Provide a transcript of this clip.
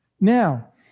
Now